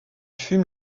fume